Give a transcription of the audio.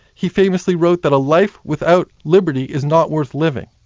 he famously wrote that a life without liberty is not worth living.